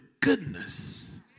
goodness